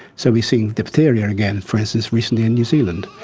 so we seeing diphtheria again, for instance, recently in new zealand.